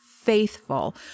faithful